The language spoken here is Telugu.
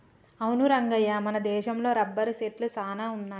అవును రంగయ్య మన దేశంలో రబ్బరు సెట్లు సాన వున్నాయి